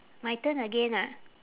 my turn again ah